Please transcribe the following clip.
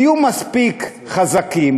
תהיו מספיק חזקים,